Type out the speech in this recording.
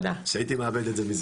אני מודה שהייתי מאבד את זה מזמן.